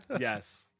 yes